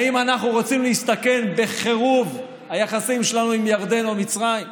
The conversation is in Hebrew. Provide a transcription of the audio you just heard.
האם אנחנו רוצים להסתכן בהחרבת היחסים שלנו עם ירדן או מצרים?